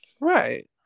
Right